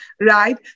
right